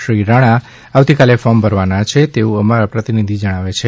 શ્રી રાણા આવતીકાલે ફોર્મ ભરવાના છે તેવું અમારા પ્રતિનિધિ જણાવે છે